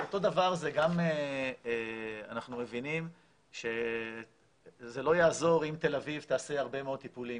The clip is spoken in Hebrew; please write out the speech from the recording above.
אנחנו מבינים שזה לא יעזור אם תל אביב תעשה הרבה מאוד טיפולים.